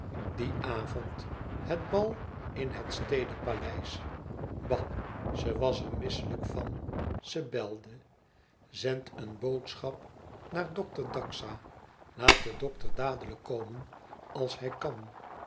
dien avond het bal in het stede paleis bah ze was er misselijk van ze belde zend een boodschap naar dokter daxa laat de dokter dadelijk komen als hij kan